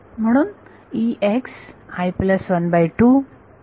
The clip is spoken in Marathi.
म्हणून बरोबर आणि